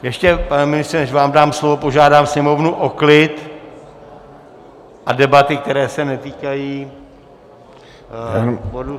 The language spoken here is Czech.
Ještě, pane ministře, než vám dám slovo, požádám sněmovnu o klid a debaty, které se netýkají bodu...